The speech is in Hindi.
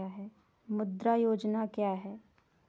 मुद्रा योजना क्या है?